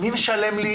מי משלם לי?